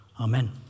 Amen